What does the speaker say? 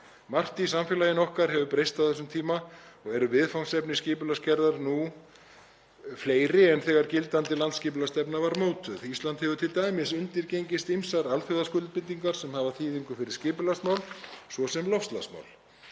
Margt í samfélaginu okkar hefur breyst á þessum tíma og eru viðfangsefni skipulagsgerðar nú fleiri en þegar gildandi landsskipulagsstefna var mótuð. Ísland hefur t.d. undirgengist ýmsar alþjóðaskuldbindingar sem hafa þýðingu fyrir skipulagsmál, svo sem loftlagsmál.